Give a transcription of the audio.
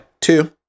two